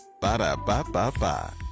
Ba-da-ba-ba-ba